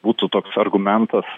būtų toks argumentas